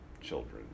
children